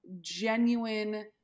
genuine